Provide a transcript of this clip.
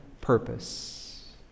purpose